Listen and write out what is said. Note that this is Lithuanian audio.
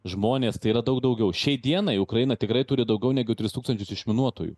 žmonės tai yra daug daugiau šiai dienai ukraina tikrai turi daugiau negu tris tūkstančius išminuotojų